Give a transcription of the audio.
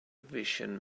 vision